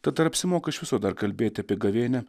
tad ar apsimoka iš viso dar kalbėti apie gavėnią